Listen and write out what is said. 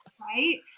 right